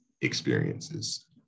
experiences